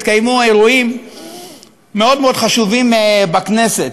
התקיימו אירועים מאוד מאוד חשובים בכנסת,